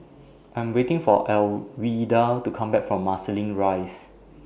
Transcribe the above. I'm waiting For Alwilda to Come Back from Marsiling Rise